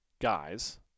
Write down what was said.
guys